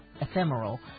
ephemeral